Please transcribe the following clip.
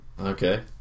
Okay